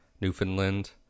Newfoundland